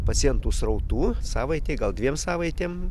pacientų srautų savaitei gal dviem savaitėm